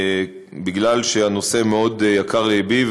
מפני שהנושא מאוד יקר ללבי,